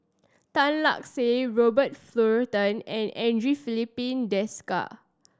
Tan Lark Sye Robert Fullerton and Andre Filipe Desker